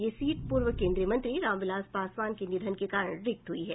यह सीट पूर्व केन्द्रीय मंत्री रामविलास पासवान के निधन के कारण रिक्त हुई है